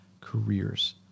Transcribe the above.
careers